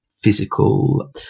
physical